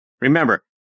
Remember